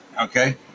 okay